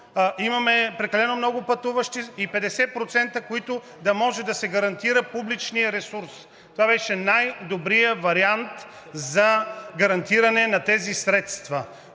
имаме прекалено много пътуващи! И 50%, с които да може да се гарантира публичният ресурс! Това беше най-добрият вариант за гарантиране на тези средства!